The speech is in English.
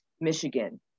Michigan